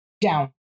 Down